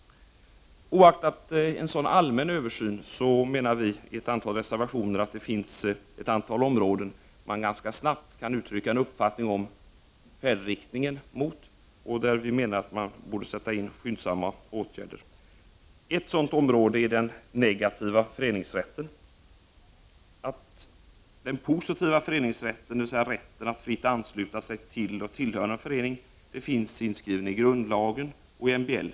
Oaktat en sådan allmän översyn menar vi, det framgår av ett antal reservationer, att det finns några områden där man ganska snabbt kan uttrycka en uppfattning om färdriktningen och där det borde gå att vidta skyndsamma åtgärder. Det gäller t.ex. den negativa föreningsrätten. Den positiva föreningsrätten, dvs. rätten att fritt ansluta sig till och tillhöra en förening, finns inskriven i grundlagen och i MBL.